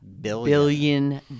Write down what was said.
billion